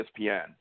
ESPN